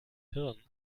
hirn